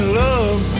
love